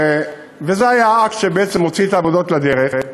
וזה היה האקט שבעצם הוציא את העבודות לדרך,